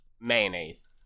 Mayonnaise